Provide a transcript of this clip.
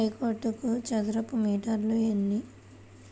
హెక్టారుకు చదరపు మీటర్లు ఎన్ని?